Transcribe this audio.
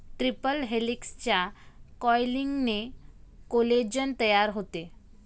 triple हेलिक्सच्या कॉइलिंगने collagen तयार होते